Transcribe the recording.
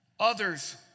Others